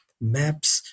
maps